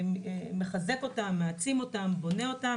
מחזק אותם, מעצים אותם, בונה אותם.